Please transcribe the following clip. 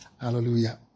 Hallelujah